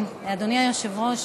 -ראש,